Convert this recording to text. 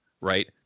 right